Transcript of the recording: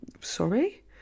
sorry